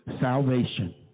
salvation